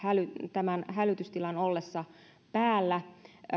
tämän hälytystilan ollessa päällä